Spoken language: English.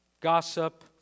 gossip